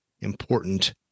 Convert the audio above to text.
important